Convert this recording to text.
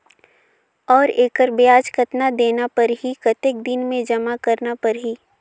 और एकर ब्याज कतना देना परही कतेक दिन मे जमा करना परही??